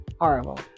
horrible